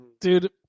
dude